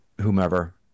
whomever